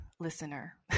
listener